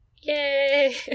Yay